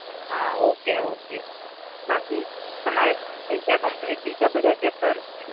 હા okay okay બાકી તમારે થઈ ગયા કંપ્લીટ બીજા બધા ચેપ્ટર